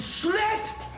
slit